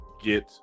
get